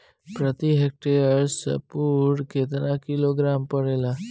प्रति हेक्टेयर स्फूर केतना किलोग्राम पड़ेला?